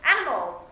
animals